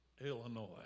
Illinois